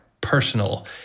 personal